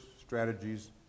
strategies